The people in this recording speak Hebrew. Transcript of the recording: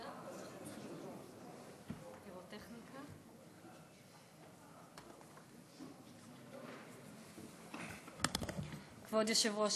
כבוד יושב-ראש